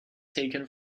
taken